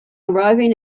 arriving